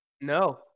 No